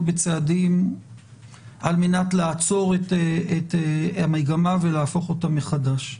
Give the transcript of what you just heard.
בצעדים על מנת לעצור את המגמה ולהפוך אותה מחדש.